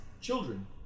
children